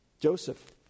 Joseph